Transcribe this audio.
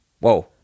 whoa